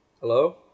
Hello